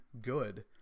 good